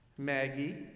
Maggie